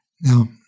Now